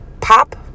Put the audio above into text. pop